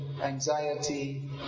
anxiety